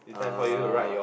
uh